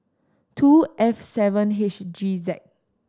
two F seven H G Z